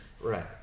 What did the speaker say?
right